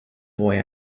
boy